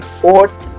fourth